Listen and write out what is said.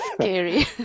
Scary